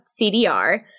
CDR